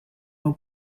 will